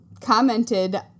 commented